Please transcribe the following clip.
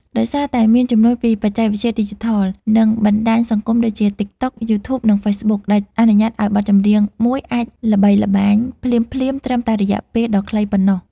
ដោយសារតែមានជំនួយពីបច្ចេកវិទ្យាឌីជីថល និងបណ្ដាញសង្គមដូចជា តិកតក់ យូធូប និង ហ្វេសប៊ុក ដែលអនុញ្ញាតឱ្យបទចម្រៀងមួយអាចល្បីល្បាញភ្លាមៗត្រឹមតែរយៈពេលដ៏ខ្លីប៉ុណ្ណោះ។